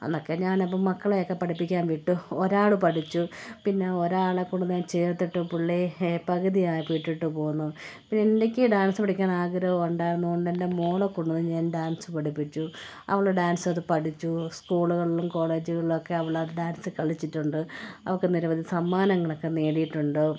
അന്നൊക്കെ ഞാനപ്പം മക്കളെയൊക്കെ പഠിപ്പിക്കാൻ വിട്ടു ഒരാൾ പഠിച്ചു പിന്നെ ഒരാളെ കൊണ്ടുവന്ന് ചേർത്തിട്ട് പിള്ളേർ പകുതിയായപ്പോൾ ഇട്ടിട്ട് പോന്നു പിന്നേക്ക് ഡാൻസ് പഠിക്കാൻ ആഗ്രഹം ഉണ്ടായിരുന്നതുകൊണ്ട് എൻ്റെ മകളെ കൊണ്ടുവന്ന് ഞാൻ ഡാൻസ് പഠിപ്പിച്ചു അവൾ ഡാൻസ് അത് പഠിച്ചു സ്കൂളുകളിലും കോളേജുകളിലൊക്കെ അവൾ ആ ഡാൻസ് കളിച്ചിട്ടുണ്ട് അവൾക്ക് നിരവധി സമ്മാനങ്ങളൊക്കെ നേടിയിട്ടുണ്ട്